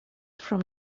from